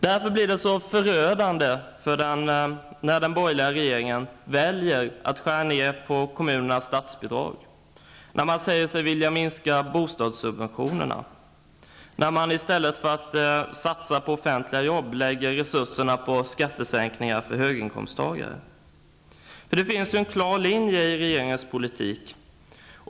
Därför blir det så förödande när den borgerliga regeringen väljer att skära ner kommunernas statsbidrag, när man säger sig vilja minska bostadssubventionerna och när man i stället för att satsa på offentliga jobb lägger resurserna på skattesänkningar för höginkomsttagare. Det finns en klar linje i regeringens politik.